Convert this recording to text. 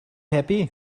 happy